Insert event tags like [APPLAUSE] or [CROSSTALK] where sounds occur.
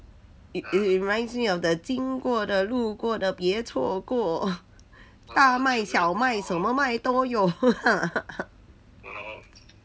it it reminds me of the 经过的路过的别错过大麦小麦什么麦都有 [LAUGHS]